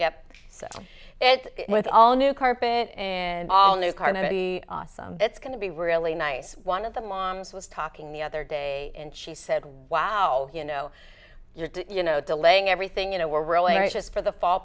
yep so with all new carpet in all new cars it's going to be really nice one of the moms was talking the other day and she said wow you know you're you know delaying everything you know we're really just for the fall